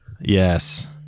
Yes